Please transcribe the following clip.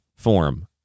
form